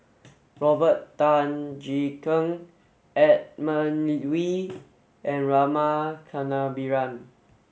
Robert Tan Jee Keng Edmund Wee and Rama Kannabiran